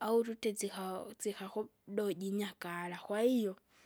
au tuti sikao sikaku doji nyakara kwahiyo.